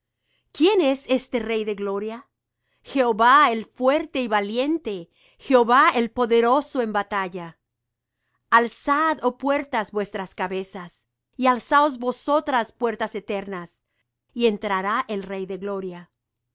quién es este rey de gloria jehová el fuerte y valiente jehová el poderoso en batalla alzad oh puertas vuestras cabezas y alzaos vosotras puertas eternas y entrará el rey de gloria